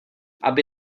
aby